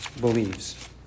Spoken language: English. believes